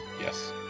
Yes